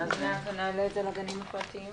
אנסה לראות איך אנחנו יכולים לתת צבע במסגרת עזרה לעסקים.